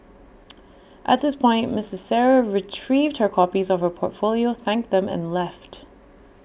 at this point Ms Sarah retrieved her copies of her portfolio thanked them and left